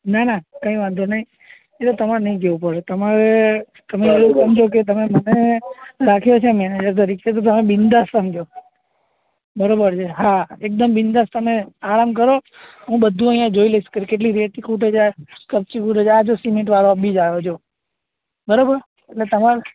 ના ના કંઇ વાંધો નહીં એ તો તમારે નહીં જોવું પડે તમારે તમે એવું સમજો કે તમે મને રાખ્યો છે મેનેજર તરીકે તો તમે બિન્દાસ સમજો બરાબર છે હા એકદમ બિન્દાસ તમે આરામ કરો હું બધુ અહીંયા જોઈ લઇશ કે કેટલી રેતી ખૂટે છે કપચી ખૂટે છે આ જો સિમેન્ટવાળો અબી જ આવ્યો જો બરાબર એટલે તમારે